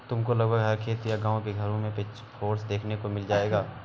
तुमको लगभग हर खेत में या गाँव के कुछ घरों में पिचफोर्क देखने को मिल जाएगा